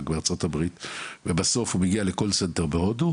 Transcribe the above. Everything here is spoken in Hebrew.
בארצות הברית ובסוף הוא מגיע למישהו בהודו,